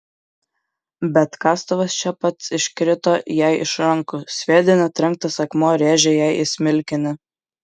bet kastuvas čia pat iškrito jai iš rankų sviedinio trenktas akmuo rėžė jai į smilkinį